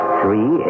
three